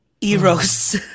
Eros